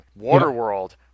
Waterworld